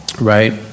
right